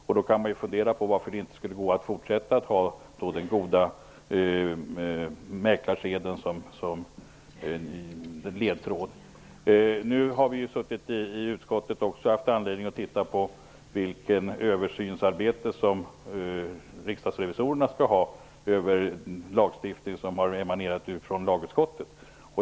Därför kan man väl fundera på varför det inte skulle gå att fortsätta att ha den goda mäklarseden som ledtråd. Vi i utskottet har ju också haft anledning att titta på vilket översynsarbete som Riksdagens revisorer skall ha när det gäller lagstiftning som har emanerat från lagutskottet.